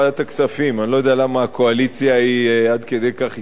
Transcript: אני לא יודע למה הקואליציה עד כדי כך היסטרית תמיד.